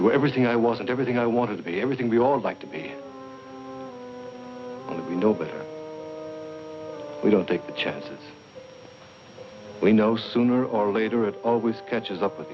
it everything i was and everything i wanted to be everything we all like to be you know but we don't take the chance we know sooner or later it always catches up with